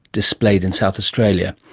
displayed in south australia.